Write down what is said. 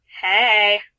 Hey